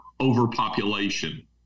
overpopulation